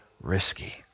risky